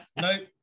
no